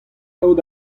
kaout